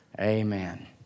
Amen